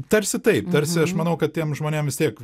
tarsi taip tarsi aš manau kad tiem žmonėm tiek